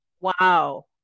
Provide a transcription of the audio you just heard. Wow